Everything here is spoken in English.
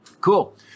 Cool